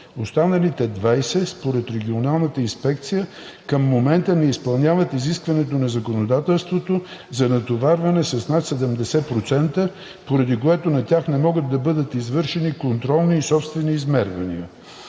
Останалите 20 според Регионалната инспекция към момента не изпълняват изискването на законодателството за натоварване с над 70%, поради което на тях не могат да бъдат извършени контролни и собствени измервания.